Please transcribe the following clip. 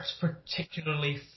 particularly